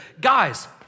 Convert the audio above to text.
guys